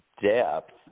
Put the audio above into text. depth